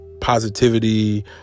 positivity